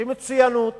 שמצוינות